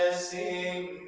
c